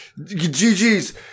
Gg's